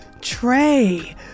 Trey